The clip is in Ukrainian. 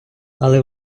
але